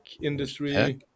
industry